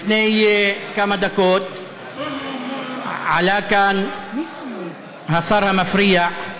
לפני כמה דקות עלה לכאן השר המפריע,